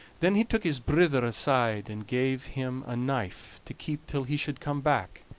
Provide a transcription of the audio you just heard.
then he took his brither aside, and gave him a knife to keep till he should come back,